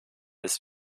des